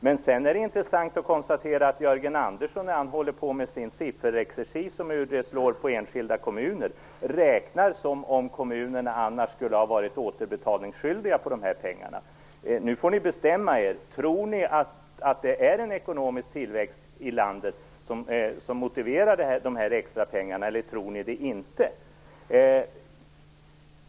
Det är intressant att konstatera att Jörgen Andersson, när han håller på med sin sifferexercis om hur detta slår för enskilda kommuner, räknar som om kommunerna annars skulle ha varit återbetalningsskyldiga för de här pengarna. Nu får regeringen bestämma sig: Tror den att det är ekonomisk tillväxt i landet som motiverar de här extrapengarna, eller tror den det inte?